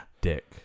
dick